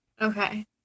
Okay